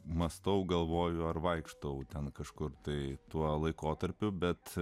mąstau galvoju ar vaikštau ten kažkur tai tuo laikotarpiu bet